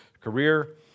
career